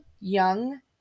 young